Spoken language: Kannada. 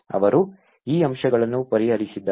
ಅವರು ಈ ಅಂಶಗಳನ್ನು ಪರಿಹರಿಸಿದ್ದಾರೆ